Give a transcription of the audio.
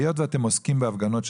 היות שאתם עוסקים בהפגנות,